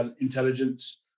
intelligence